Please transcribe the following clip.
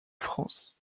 france